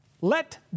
Let